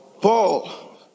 Paul